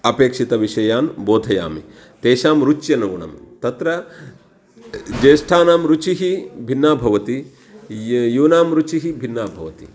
अपेक्षितविषयान् बोधयामि तेषां रुच्यनुगुणं तत्र ज्येष्ठानां रुचिः भिन्ना भवति य् यूनां रुचिः भिन्ना भवति